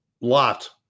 lot